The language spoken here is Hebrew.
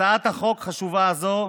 הצעת החוק החשובה הזו,